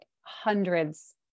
hundreds